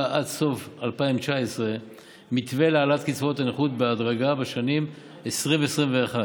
עד סוף 2019 מתווה להעלאת קצבאות הנכות בהדרגה בשנים 2020 ו-2021,